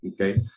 Okay